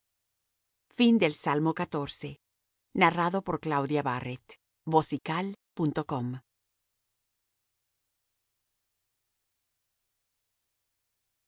salmo de david